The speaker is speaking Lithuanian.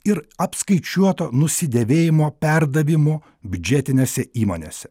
ir apskaičiuoto nusidėvėjimo perdavimu biudžetinėse įmonėse